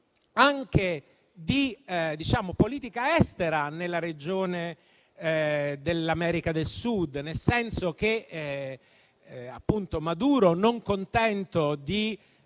anche di politica estera nella regione dell'America del Sud, nel senso che appunto Maduro non si